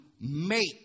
make